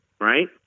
Right